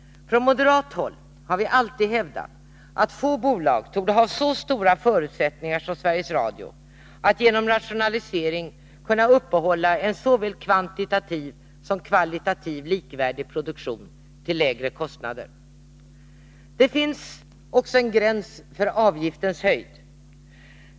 Från moderat håll har vi alltid hävdat att få bolag torde ha så stora förutsättningar som Sveriges Radio att genom rationalisering uppehålla en såväl kvantitativt som kvalitativt likvärdig produktion till lägre kostnader. Det finns också en gräns för avgiftens höjd.